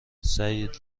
سعید